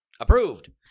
Approved